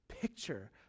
picture